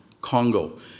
Congo